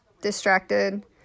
distracted